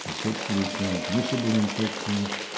ah sexually transmissible infections,